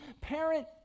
parent